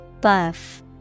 Buff